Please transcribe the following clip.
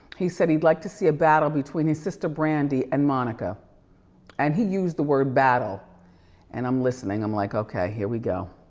he said he'd like to see a battle between his sister, brandy, and monica and he used the word battle and i'm listening, i'm like, okay, here we go.